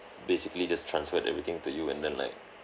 basically just transferred everything to you and then like